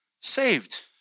Saved